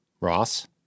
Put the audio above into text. Ross